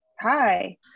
Hi